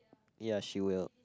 ya she will